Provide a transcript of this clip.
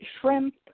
shrimp